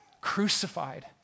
crucified